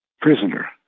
prisoner